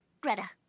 Greta